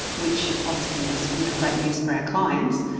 which obviously was you know great news for our clients.